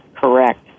correct